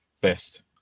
best